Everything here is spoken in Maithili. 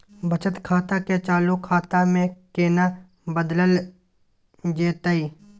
बचत खाता के चालू खाता में केना बदलल जेतै?